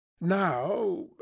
Now